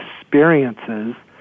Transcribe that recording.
experiences